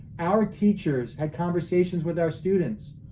our teachers had conversations with our students.